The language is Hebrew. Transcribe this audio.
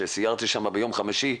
כשסיירתי שם ביום חמישי,